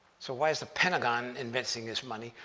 so why is the pentagon investing this money?